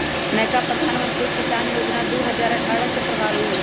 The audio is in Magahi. नयका प्रधानमंत्री किसान जोजना दू हजार अट्ठारह से प्रभाबी हइ